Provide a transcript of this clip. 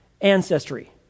ancestry